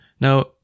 Now